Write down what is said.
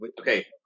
okay